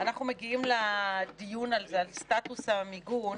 אנחנו מגיעים לדיון על סטטוס המיגון